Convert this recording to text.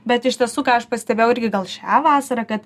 bet iš tiesų ką aš pastebėjau irgi gal šią vasarą kad